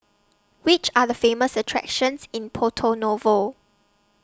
Which Are The Famous attractions in Porto Novo